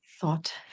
thought